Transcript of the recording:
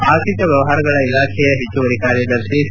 ಆರ್ಥಿಕ ವ್ಯವಹಾರಗಳ ಇಲಾಖೆ ಹೆಚ್ಚುವರಿ ಕಾರ್ಯದರ್ಶಿ ಸಿ